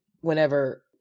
whenever